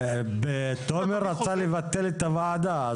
תומר רצה לבטל את הוועדה,